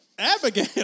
Abigail